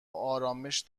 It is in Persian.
آرامش